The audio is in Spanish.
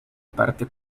parte